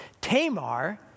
Tamar